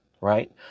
right